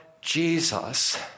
Jesus